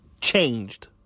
changed